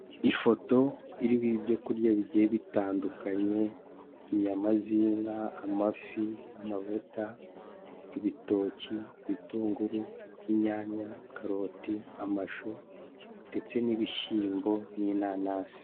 Ifoto iriho ibyo kurya bigiye bitandukanye, inyama z'inka, amafi, amavuta, ibitoki, ibitunguru, inyanya, karoti, amashu, ndetse n'ibishyimbo, n'inanasi.